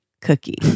Cookie